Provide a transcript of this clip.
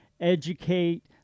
educate